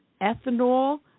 ethanol